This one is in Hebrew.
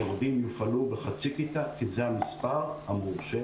הילדים יופעלו בחצי כיתה, כי זה המספר המותר.